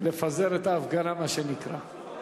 לפזר את ההפגנה, מה שנקרא.